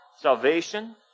Salvation